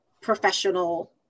professional